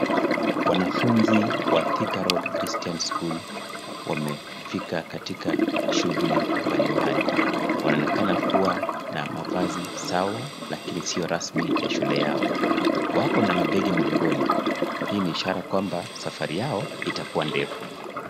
Wanafunzi wa Thika Road Christian School wamefika katika shughuli mbalimbali. Wanaonekana kuwa na mavazi sawa lakini sio rasmi ya shule yao. Wako na mabegi mgongoni. Hii ni ishara kwamba safari yao itakuwa ndefu.